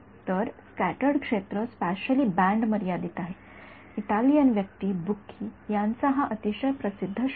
तरस्क्याटर्ड क्षेत्र spatially band मर्यादित आहेत इटालियन व्यक्ती बुकी यांचा हा अतिशय प्रसिद्ध शोधनिबंध आहे